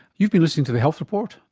you've been listening to the health report,